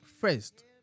first